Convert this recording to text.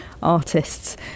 artists